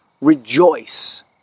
rejoice